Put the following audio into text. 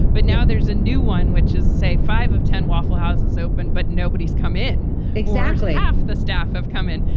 but now there's a new one, which is, say, five of ten waffle houses open, but nobody's come in. exactly. half the staff have come in.